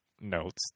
notes